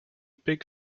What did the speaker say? big